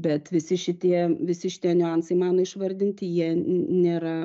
bet visi šitie visi šitie niuansai mano išvardinti jie nėra